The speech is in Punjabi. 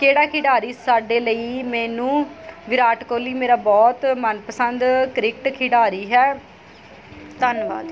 ਕਿਹੜਾ ਖਿਡਾਰੀ ਸਾਡੇ ਲਈ ਮੈਨੂੰ ਵਿਰਾਟ ਕੋਹਲੀ ਮੇਰਾ ਬਹੁਤ ਮਨਪਸੰਦ ਕ੍ਰਿਕਟ ਖਿਡਾਰੀ ਹੈ ਧੰਨਵਾਦ